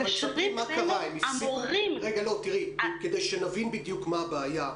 מתקשרים המורים --- כדי שנבין בדיוק מה הבעיה,